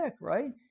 right